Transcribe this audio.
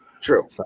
True